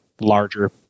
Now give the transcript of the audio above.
larger